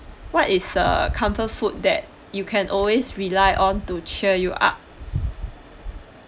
what is uh comfort food that you can always rely on to cheer you up